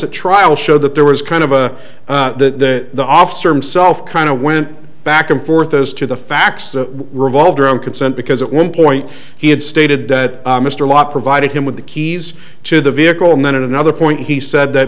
at trial showed that there was kind of a that the officer himself kind of went back and forth as to the facts that revolved around consent because at one point he had stated that mr law provided him with the keys to the vehicle and then at another point he said that